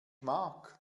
mark